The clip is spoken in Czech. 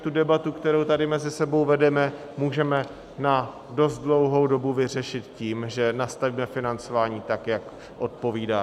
Tu debatu, kterou tady mezi sebou vedeme, můžeme na dost dlouhou dobu vyřešit tím, že nastavíme financování tak, jak odpovídá.